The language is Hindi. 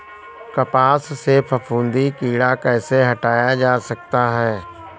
कपास से फफूंदी कीड़ा कैसे हटाया जा सकता है?